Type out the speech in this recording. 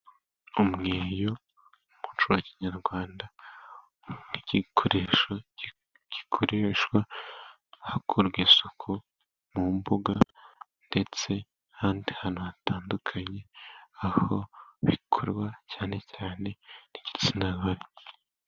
Umweyo mu mucyo wa kinyarwanda ni igikoresho, gikoreshwa hakorwa isuku mu mbuga, ndetse n'ahandi hantu hatandukanye, aho bikorwa cyane cyane n'igitsina gore.